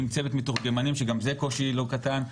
עם צוות מתורגמנים שגם זה קושי לא קטן,